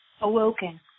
awoken